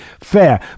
fair